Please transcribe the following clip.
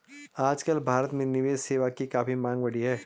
आजकल भारत में निवेश सेवा की काफी मांग बढ़ी है